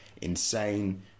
insane